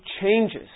changes